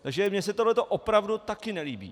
Takže mně se tohle opravdu taky nelíbí.